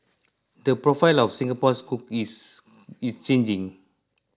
the profile of Singapore's cooks is changing